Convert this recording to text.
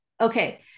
Okay